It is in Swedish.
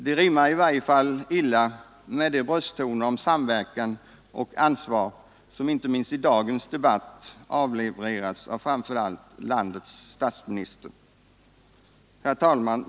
Det rimmar i varje fall illa med de brösttoner om samverkan och ansvar som inte minst i dagens debatt avlevererats av framför allt landets statsminister. Herr talman!